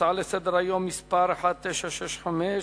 הצעה לסדר-היום מס' 1965: